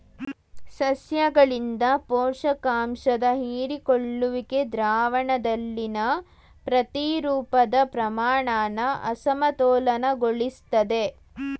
ಸಸ್ಯಗಳಿಂದ ಪೋಷಕಾಂಶದ ಹೀರಿಕೊಳ್ಳುವಿಕೆ ದ್ರಾವಣದಲ್ಲಿನ ಪ್ರತಿರೂಪದ ಪ್ರಮಾಣನ ಅಸಮತೋಲನಗೊಳಿಸ್ತದೆ